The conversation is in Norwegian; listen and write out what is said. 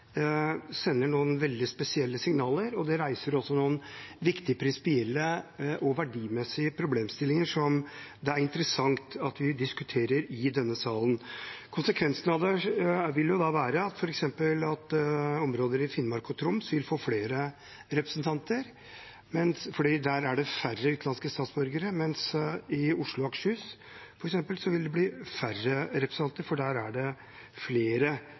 sender noen veldig spesielle signaler, og det reiser også noen viktige prinsipielle og verdimessige problemstillinger som det er interessant at vi diskuterer i denne salen. Konsekvensen av det vil jo f.eks. være at områder i Finnmark og Troms vil få flere representanter, for der er det færre utenlandske statsborgere, mens i f.eks. Oslo og Akershus vil det bli færre representanter, for der er det flere